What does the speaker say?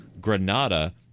Granada